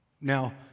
Now